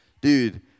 Dude